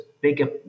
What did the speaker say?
bigger